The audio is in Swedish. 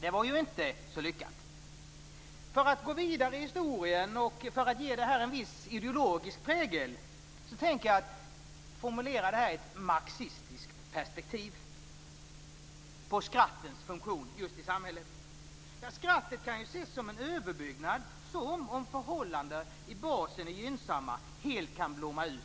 Det var inte så lyckat. För att gå vidare i historien, och för att ge detta en viss ideologisk prägel, tänker jag formulera ett marxistiskt perspektiv när det gäller just skrattens funktion i samhället. Skrattet kan ses som en överbyggnad som, om förhållandena i basen är gynnsamma, helt kan blomma ut.